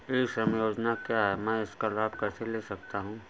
ई श्रम योजना क्या है मैं इसका लाभ कैसे ले सकता हूँ?